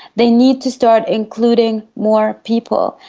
they need to start including more people,